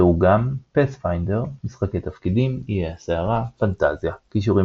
ראו גם פאת'פיינדר משחקי תפקידים איי הסערה פנטזיה קישורים